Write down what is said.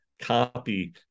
copy